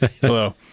Hello